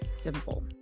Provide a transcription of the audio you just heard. simple